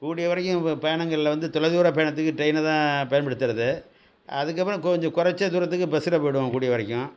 கூடிய வரைக்கும் இப்போ பயணங்களில் வந்து தொலைதூர பயணத்துக்கு ட்ரெயினை தான் பயன்படுத்துகிறது அதுக்கப்புறம் கொஞ்சம் குறைச்ச தூரத்துக்கு பஸ்ஸில் போய்விடுவோம் கூடிய வரைக்கும்